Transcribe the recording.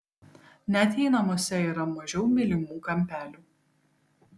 net jei namuose yra mažiau mylimų kampelių